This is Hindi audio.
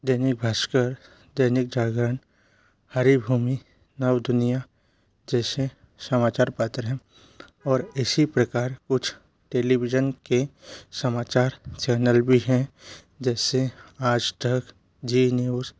दैनिक भास्कर दैनिक जागरण हरिभूमि नवदुनिया जैसे समाचार पत्र है और इसी प्रकार कुछ टेलीविजन के समाचार चैनल भी हैं जैसे आज तक ज़ी न्यूज़